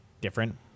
different